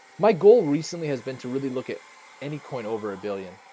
my goal recently has been to really look at any coin over a billion.